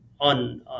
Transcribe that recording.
on